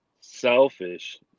selfish